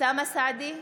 אוסאמה סעדי,